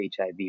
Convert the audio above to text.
HIV